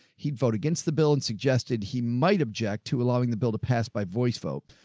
he'd vote against the bill and suggested he might object to allowing the bill to pass by voice vote.